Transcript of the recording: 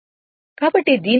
కాబట్టి దీని నుండి I1 43